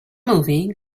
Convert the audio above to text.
movie